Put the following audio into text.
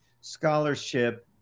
scholarship